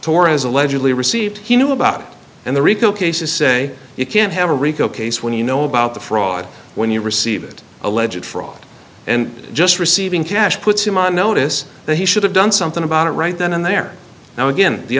torres allegedly received he knew about and the rico cases say you can't have a rico case when you know about the fraud when you received a legit fraud and just receiving cash puts him on notice that he should have done something about it right then and there now again the